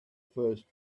first